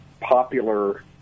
popular